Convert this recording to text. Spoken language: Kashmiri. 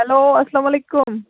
ہیٚلو اسلام علیکُم